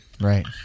Right